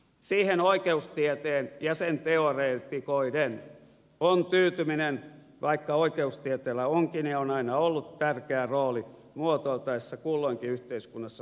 siihen oikeustieteen ja sen teoreetikoiden on tyytyminen vaikka oikeustieteellä onkin ja on aina ollut tärkeä rooli muotoiltaessa kulloinkin yhteiskunnassa voimassa olevaa oikeutta